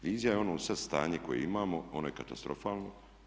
Vizija je ono sad stanje koje imamo, ono je katastrofalno.